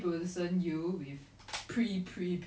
they still get into the same place